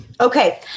Okay